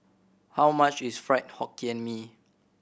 how much is Fried Hokkien Mee